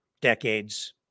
decades